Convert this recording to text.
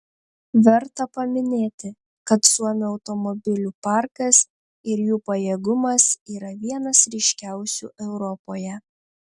verta paminėti kad suomių automobilių parkas ir jų pajėgumas yra vienas ryškiausių europoje